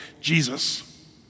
Jesus